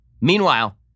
Meanwhile